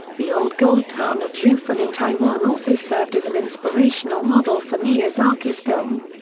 the old gold town of jiufen in taiwan also served as an inspirational model for miyazaki's film.